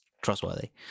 trustworthy